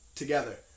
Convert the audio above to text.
together